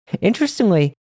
Interestingly